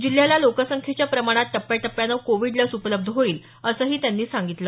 जिल्ह्याला लोकसंख्येच्या प्रमाणात टप्याटप्याने कोविड लस उपलब्ध होईल असंही त्यांनी सांगितलं